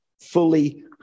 fully